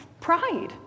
pride